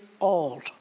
old